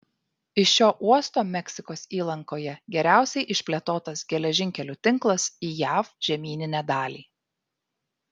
iš šio uosto meksikos įlankoje geriausiai išplėtotas geležinkelių tinklas į jav žemyninę dalį